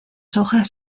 hojas